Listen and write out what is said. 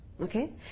Okay